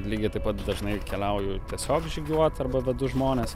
lygiai taip pat dažnai keliauju tiesiog žygiuot arba vedu žmones